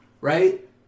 right